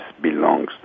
belongs